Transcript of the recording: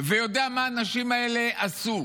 ויודע מה האנשים האלה עשו.